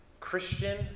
Christian